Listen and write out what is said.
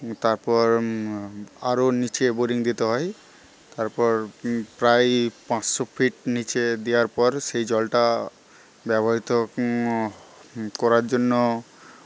তারপর আরো নীচে বোরিং দিতে হয় তারপর প্রায় পাঁচশো ফিট নীচে দেওয়ার পর সেই জলটা ব্যবহৃত করার জন্য